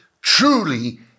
truly